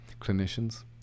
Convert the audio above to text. clinicians